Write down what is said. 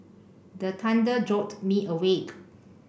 the thunder jolt me awake